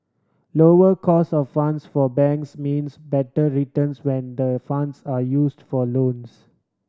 lower cost of funds for banks means better returns when the funds are used for loans